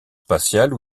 spatiales